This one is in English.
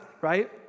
Right